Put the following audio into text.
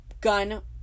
gun